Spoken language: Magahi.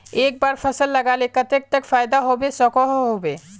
एक बार फसल लगाले कतेक तक फायदा होबे सकोहो होबे?